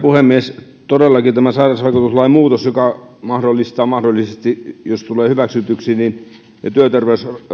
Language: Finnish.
puhemies todellakin tämä sairausvakuutuslain muutos mahdollistaa mahdollisesti jos tulee hyväksytyksi